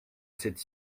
cette